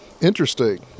Interesting